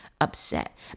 upset